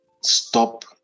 stop